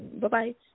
Bye-bye